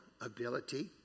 ability